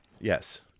Yes